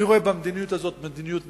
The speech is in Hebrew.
אני רואה במדיניות הזאת מדיניות מופקרת,